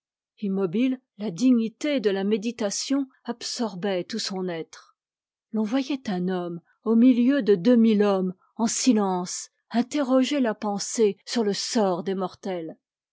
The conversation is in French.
immobue la dignité de la méditation absorbait tout son être l'on voyait un homme au milieu de deux mille hommes en silence interroger la pensée sur le sort des mortels